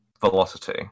velocity